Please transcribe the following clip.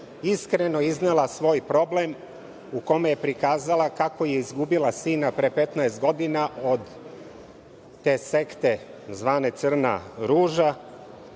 iskreno iznela svoj problem u kome je prikazala kako je izgubila sina pre 15 godina od te sekte zvane „Crna ruža“